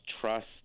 trust